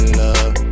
love